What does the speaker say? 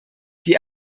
die